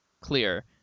clear